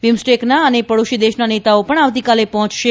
બિમસ્ટેકના અને પડોશી દેશના નેતાઓ પણ આવતીકાલે પહોંચશે